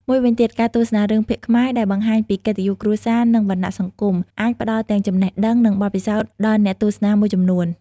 មួយវិញទៀត ការទស្សនារឿងភាគខ្មែរដែលបង្ហាញពី កិត្តិយសគ្រួសារ និង វណ្ណៈសង្គម អាចផ្ដល់ទាំងចំណេះដឹង និងបទពិសោធដល់អ្នកទស្សនាមួយចំនួន។